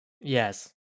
Yes